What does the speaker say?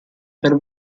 per